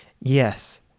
Yes